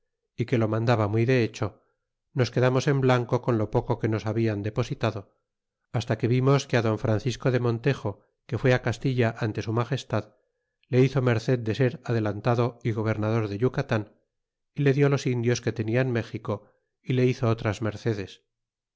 y que lo mandaba muy de hecho nos quedamos en blanco con lo poco que nos hablan depositado hasta que vimos que don francisco de mon tejo que fué castilla ante su magestad le hizo merced de ser adelantado y gobernador de yucatan y le dió los indios que leda en méxico y le hizo otras mercedes